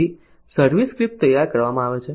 પછી service script તૈયાર કરવામા આવે છે